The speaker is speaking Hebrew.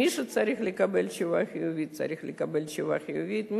מי שצריך לקבל תשובה חיובית צריך לקבל תשובה חיובית,